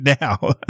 now